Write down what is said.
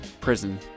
prison